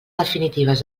definitives